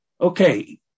Okay